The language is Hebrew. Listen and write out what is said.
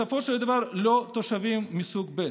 בסופו של דבר איננו תושבים סוג ב'.